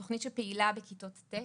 זו תוכנית שפעילה בכיתות ט'